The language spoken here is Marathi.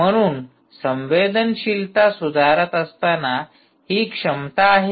म्हणून संवेदनशीलता सुधारत असताना ही क्षमता आहे